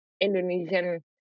Indonesian